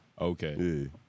Okay